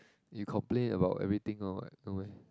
you complain about everything not what not meh